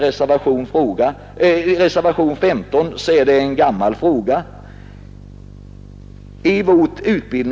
Reservationen 15 tar upp en gammal fråga, flyttningsbidrag till nyexaminerade.